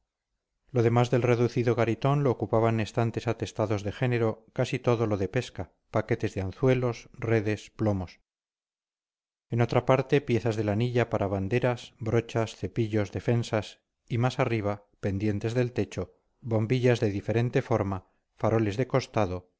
lo demás del reducido garitón lo ocupaban estantes atestados de género casi todo lo de pesca paquetes de anzuelos redes plomos en otra parte piezas de lanilla para banderas brochas cepillos defensas y más arriba pendientes del techo bombillas de diferente forma faroles de costado